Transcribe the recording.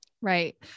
Right